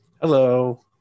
Hello